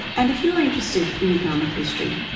and if you're interested in economic history,